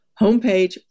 homepage